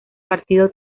partido